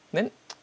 then